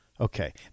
Okay